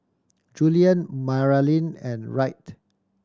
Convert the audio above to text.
Julian Maralyn and Wright